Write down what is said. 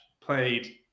played